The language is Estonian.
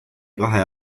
kahe